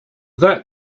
that